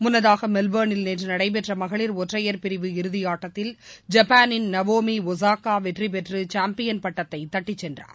முன்னதாக மெல்பர்னில் நேற்று நடைபெற்ற மகளிர் ஒற்றயைர் பிரிவு இறுதியாட்டத்தில் ஜப்பாளின் நவோமி ஒசாகா வெற்றி பெற்று சாம்பியன் பட்டத்தை தட்டிச்சென்றார்